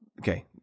Okay